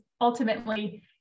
ultimately